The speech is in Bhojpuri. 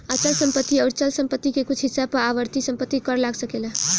अचल संपत्ति अउर चल संपत्ति के कुछ हिस्सा पर आवर्ती संपत्ति कर लाग सकेला